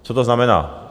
Co to znamená?